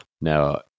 Now